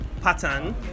pattern